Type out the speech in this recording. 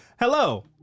Hello